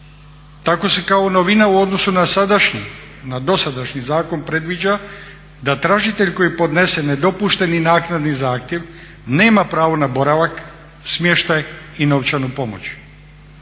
Tako se kao novina u odnosu na sadašnji, na dosadašnji zakon predviđa da tražitelj koji podnese nedopušteni naknadni zahtjev nema pravo na boravak, smještaj i novčanu pomoć.